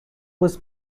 was